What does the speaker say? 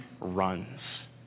runs